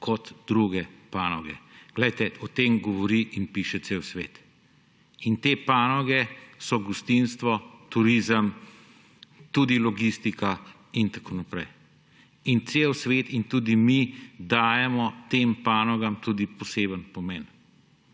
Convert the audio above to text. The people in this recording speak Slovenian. kot druge panoge. Poglejte, o tem govori in piše cel svet. Te panoge so gostinstvo, turizem, tudi logistika in tako naprej. In cel svet in tudi mi dajemo tem panogam tudi poseben pomen.